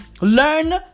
Learn